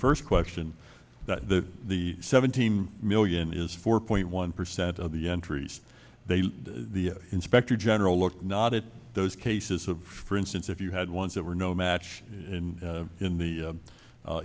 first question that the the seventeen million is four point one percent of the entries they did the inspector general look not at those cases of for instance if you had ones that were no match in in the